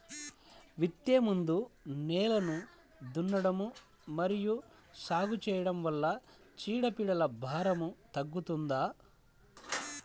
విత్తే ముందు నేలను దున్నడం మరియు సాగు చేయడం వల్ల చీడపీడల భారం తగ్గుతుందా?